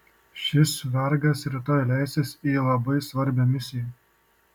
šis vergas rytoj leisis į labai svarbią misiją